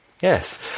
Yes